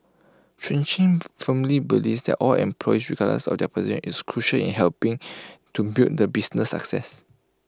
Chi chung firmly believes that all employees regardless of their position is crucial in helping to build the business success